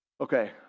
Okay